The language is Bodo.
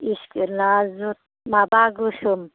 इस्कुलना माबा गोसोम